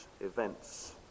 events